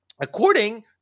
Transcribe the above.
according